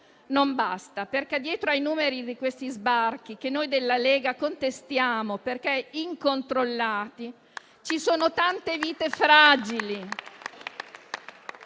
Non basta, perché dietro ai numeri di questi sbarchi, che noi della Lega contestiamo perché incontrollati, ci sono tante vite fragili,